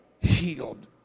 healed